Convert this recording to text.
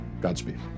Godspeed